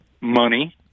money